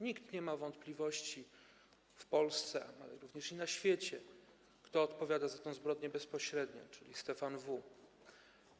Nikt nie ma wątpliwości w Polsce, ale również na świecie, kto odpowiada za tę zbrodnię bezpośrednio - Stefan W.